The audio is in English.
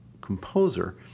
composer